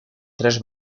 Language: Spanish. tres